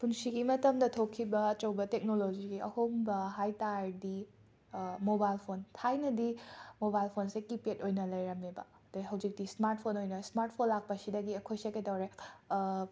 ꯄꯨꯟꯁꯤꯒꯤ ꯃꯇꯝꯗ ꯊꯣꯛꯈꯤꯕ ꯑꯆꯧꯕ ꯇꯦꯛꯅꯣꯂꯣꯖꯤꯒꯤ ꯑꯍꯣꯡꯕ ꯍꯥꯏ ꯇꯥꯔꯗꯤ ꯃꯣꯕꯥꯏꯜ ꯐꯣꯟ ꯊꯥꯏꯅꯗꯤ ꯃꯣꯕꯥꯏꯜ ꯐꯣꯟꯁꯦ ꯀꯤꯄꯦꯗ ꯑꯣꯏꯅ ꯂꯩꯔꯝꯃꯦꯕ ꯇꯩ ꯍꯧꯖꯤꯛꯇꯤ ꯁ꯭ꯃꯥꯔꯠꯐꯣꯟ ꯑꯣꯏꯅ ꯁ꯭ꯃꯥꯔꯠꯐꯣꯟ ꯂꯥꯛꯄꯁꯤꯗꯒꯤ ꯑꯩꯈꯣꯏꯁꯦ ꯀꯩꯗꯧꯔꯦ